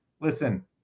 listen